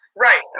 Right